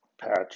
patch